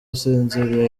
usinziriye